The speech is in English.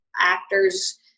actors